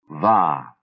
Va